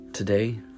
today